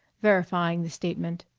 verifying the statement.